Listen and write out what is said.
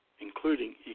including